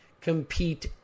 compete